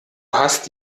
hast